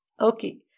Okay